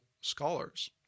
scholars